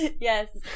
yes